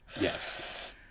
Yes